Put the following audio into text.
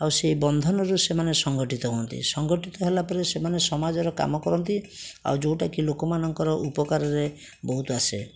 ଆଉ ସେଇ ବନ୍ଧନ ରୁ ସେମାନେ ସଙ୍ଗଠିତ ହୁଅନ୍ତି ସଙ୍ଗଠିତ ହେଲା ପରେ ସେମାନେ ସମାଜର କାମ କରନ୍ତି ଆଉ ଯେଉଁଟା କି ଲୋକମାନଙ୍କର ଉପକାରରେ ବହୁତ ଆସେ